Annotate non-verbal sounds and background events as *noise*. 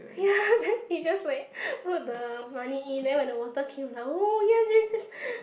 ya then it just like *noise* put the money in then when the water came we like oh yes yes yes